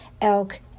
elk